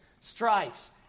strifes